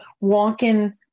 walk-in